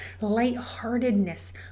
lightheartedness